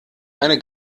eine